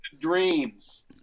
dreams